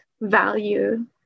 value